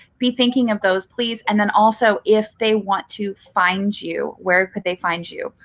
be thinking of those please. and then, also, if they want to find you, where could they find you?